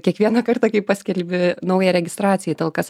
kiekvieną kartą kai paskelbi naują registraciją į talkas